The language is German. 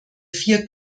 vier